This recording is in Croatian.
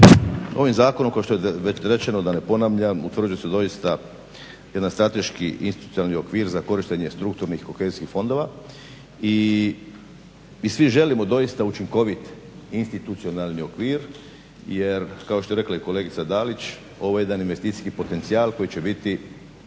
Ovim zakonom kao što je rečeno, da ne ponavljam, utvrđuje se doista jedan strateški institucionalni okvir za korištenje strukturnih i kohezijskih fondova i svi želimo doista učinkovit institucionalni okvir jer, kao što je rekla i kolegica Dalić, ovo je jedan investicijski potencijal koji će biti